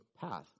Path